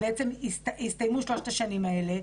הסתיימו שלוש השנים האלה,